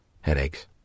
Headaches